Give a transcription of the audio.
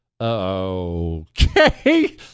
Okay